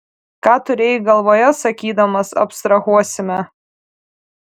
ką turėjai galvoje sakydamas abstrahuosime